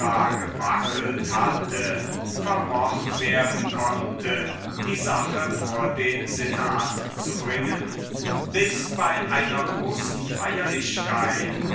gewackelt hatte vermocht werden konnte die sache vor den senat zu bringen bis bei einer großen feierlichkeit